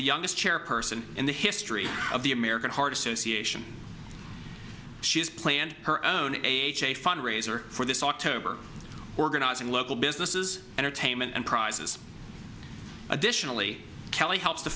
the youngest chairperson in the history of the american heart association she has planned her own age a fundraiser for this october organizing local businesses entertainment and prizes additionally kelly helps t